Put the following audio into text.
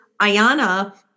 Ayana